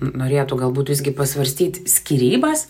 norėtų galbūt visgi pasvarstyti skyrybas